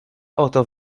oto